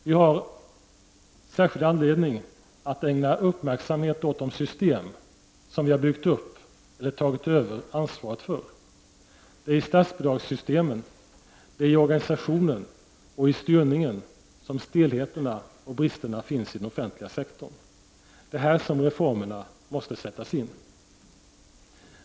Vi har anledning att ägna särskild uppmärksamhet åt de system som vi har byggt upp eller tagit över ansvaret för. Det är i statsbidragssystemen, i organisationen och i styrningen som stelheterna och bristerna finns i den offentliga sektorn. Det är här som reformerna måste sättas in.